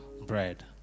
bread